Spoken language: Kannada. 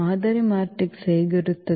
ಮಾದರಿ ಮ್ಯಾಟ್ರಿಕ್ಸ್ ಹೇಗಿರುತ್ತದೆ